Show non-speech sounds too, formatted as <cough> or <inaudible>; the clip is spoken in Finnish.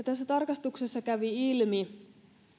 <unintelligible> tässä tarkastuksessa kävi ilmi